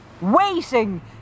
waiting